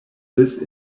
this